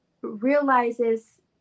realizes